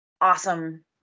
awesome